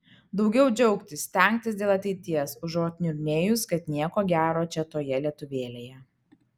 daugiau džiaugtis stengtis dėl ateities užuot niurnėjus kad nieko gero čia toje lietuvėlėje